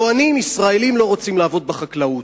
טוענים: ישראלים לא רוצים לעבוד בחקלאות.